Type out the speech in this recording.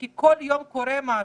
כי כל יום קורה משהו,